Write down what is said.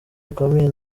rikomeye